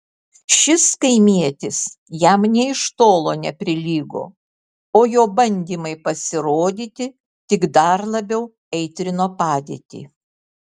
šis kaimietis jam nė iš tolo neprilygo o jo bandymai pasirodyti tik dar labiau aitrino padėtį